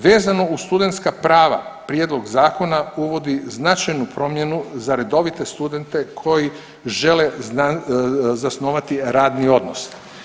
Vezano uz studentska prava prijedlog zakona uvodi značajnu promjenu za redovite studente koji žele zasnovati radni odnos.